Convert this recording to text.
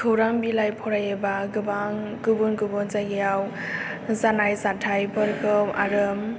खौरां बिलाय फराययो बा गोबां गुबुन गुबुन जायगायाव जानाय जाथायफोरखौ आरो